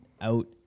out